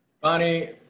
Bonnie